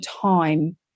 time